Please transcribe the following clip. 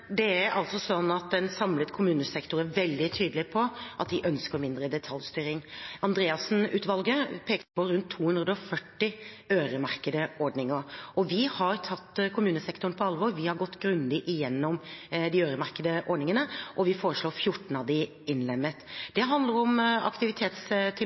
Det er altså slik at en samlet kommunesektor er veldig tydelig på at de ønsker mindre detaljstyring. Andreassen-utvalget pekte på rundt 240 øremerkede ordninger. Vi har tatt kommunesektoren på alvor. Vi har gått grundig gjennom de øremerkede ordningene, og vi foreslår 14 av dem innlemmet.